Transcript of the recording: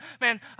man